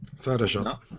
Photoshop